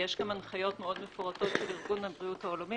יש גם הנחיות מאוד מפורטות של ארגון הבריאות העולמי